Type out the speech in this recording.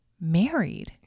married